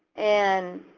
and